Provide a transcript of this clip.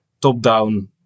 top-down